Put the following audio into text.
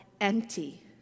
empty